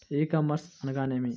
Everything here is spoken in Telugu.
ఈ కామర్స్ అనగానేమి?